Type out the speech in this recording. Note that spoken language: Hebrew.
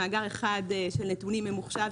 מאגר אחד וממוחשב של נתונים,